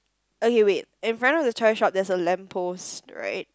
okay wait in front of the toy shop there's a lamp post right